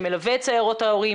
שמלווה את סיירות ההורים?